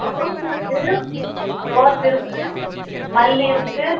rose இருக்குது rose இருக்குது மல்லிகை இருக்குது